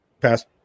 Pass